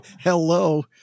Hello